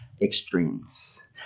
extremes